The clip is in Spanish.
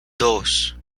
dos